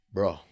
Bro